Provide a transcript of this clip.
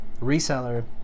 reseller